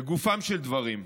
לגופם של דברים,